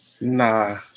nah